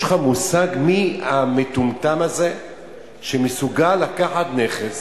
יש לך מושג מי המטומטם הזה שמסוגל לקחת נכס